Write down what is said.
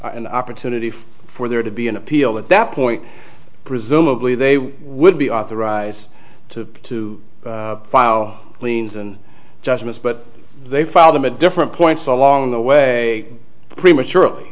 an opportunity for there to be an appeal at that point presumably they would be authorized to to file cleans and judgments but they file them at different points along the way prematurely